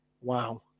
wow